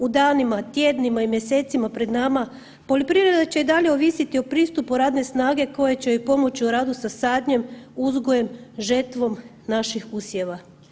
U danima, tjednima i mjesecima pred nama poljoprivreda će i dalje ovisiti o pristupu radne snage koja će joj pomoći u radu sa sadnjom, uzgojem, žetvom naših usjeva.